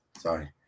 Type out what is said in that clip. Sorry